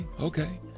okay